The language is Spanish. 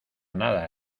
nada